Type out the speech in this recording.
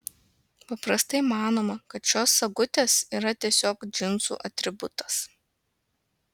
paprastai manoma kad šios sagutės yra tiesiog džinsų atributas